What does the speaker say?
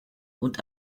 und